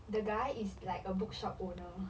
the guy is like a bookshop owner